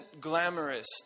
glamorous